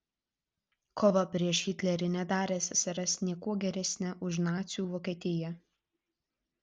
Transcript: kova prieš hitlerį nedarė ssrs niekuo geresne už nacių vokietiją